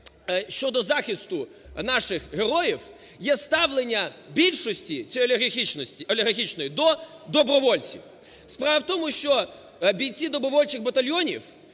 щодо захисту наших героїв, є ставлення більшості цієї олігархічної до добровольців. Справа в тому, що бійці добровольчих батальйонів,